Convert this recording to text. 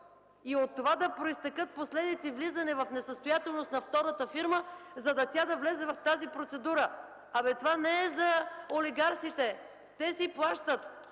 и от това да произтекат последици с влизане в несъстоятелност на втората фирма, за да влезе тя в тази процедура. Този закон не е за олигарсите – те си плащат,